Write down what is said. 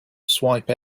swipe